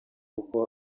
kuko